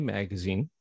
Magazine